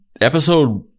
episode